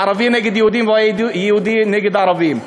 הערבי נגד יהודים והיהודי נגד ערבים.